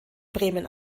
bremen